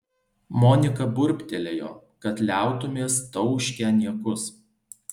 monika burbtelėjo kad liautumės tauškę niekus